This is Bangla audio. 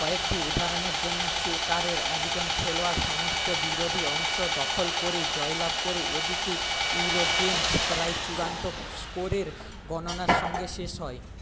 কয়েকটি উদাহরণের জন্য চেকারের একজন খেলোয়াড় সমস্ত বিরোধী অংশ দখল করে জয়লাভ করে এদিকে ইউরো গেমস প্রায়ই চূড়ান্ত স্কোরের গণনার সঙ্গে শেষ হয়